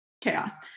chaos